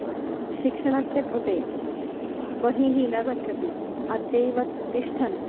शिक्षणस्य कृते बहिः न गच्छति अद्यैव तिष्ठन्